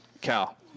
Cal